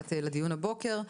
שהגעת לדיון הבוקר.